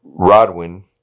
Rodwin